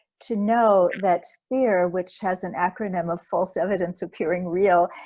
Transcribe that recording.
to know that fear, which has an acronym of false evidence appearing real,